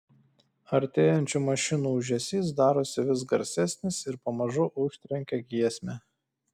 artėjančių mašinų ūžesys darosi vis garsesnis ir pamažu užtrenkia giesmę